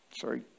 sorry